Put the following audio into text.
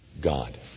God